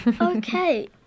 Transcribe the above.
Okay